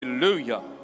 Hallelujah